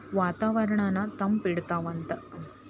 ವಾತಾವರಣನ್ನ ತಂಪ ಇಡತಾವಂತ